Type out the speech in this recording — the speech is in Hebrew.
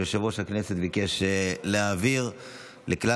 אבל יושב-ראש הכנסת ביקש להעביר לכלל